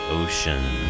ocean